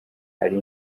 hari